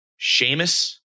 Seamus